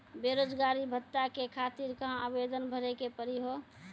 बेरोजगारी भत्ता के खातिर कहां आवेदन भरे के पड़ी हो?